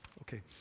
okay